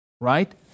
Right